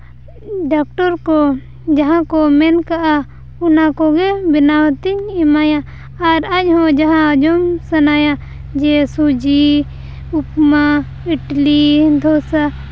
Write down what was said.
doctor ᱠᱚ ᱡᱟᱦᱟᱸ ᱠᱚ ᱢᱮᱱ ᱠᱟᱜᱼᱟ ᱚᱱᱟ ᱠᱚᱜᱮ ᱵᱮᱱᱟᱣ ᱛᱮᱧ ᱮᱢᱟᱭᱟ ᱟᱨ ᱟᱡ ᱦᱚᱸ ᱡᱟᱦᱟᱸ ᱡᱚᱢ ᱥᱟᱱᱟᱭᱟ ᱡᱮ ᱥᱩᱡᱤ ᱩᱯᱢᱟ ᱤᱰᱞᱤ ᱫᱷᱚᱥᱟ